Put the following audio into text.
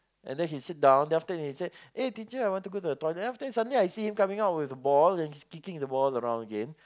and then he sit down then after that he say eh teacher I want to go to the toilet and then after that I suddenly see him coming out with a ball and he's kicking the ball around again